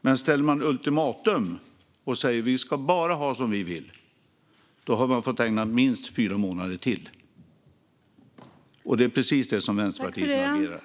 Men ställer man ultimatum och säger att man bara ska ha som man vill får vi ägna det minst fyra månader till. Det är precis så Vänsterpartiet nu agerar.